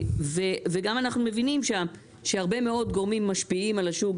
וגם אנחנו מבינים שהרבה מאוד גורמים משפיעים על השוק,